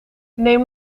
neem